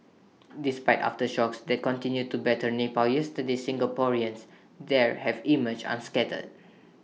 despite aftershocks that continued to batter Nepal yesterday Singaporeans there have emerged unscathed